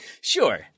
Sure